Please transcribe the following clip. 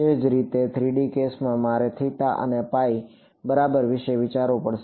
એ જ રીતે 3D કેસમાં મારે અને બરાબર વિશે વિચારવું પડશે